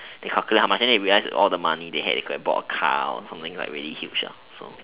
they calculate how much then they realised all the money they had they could have bought a car or like something really huge lah so